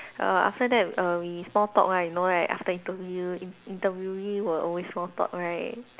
err after that err we small talk right you know right after interview in~ interviewee will always small talk right